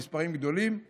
הם מספרים גדולים,